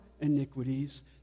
iniquities